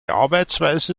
arbeitsweise